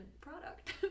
product